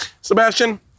Sebastian